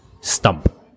stump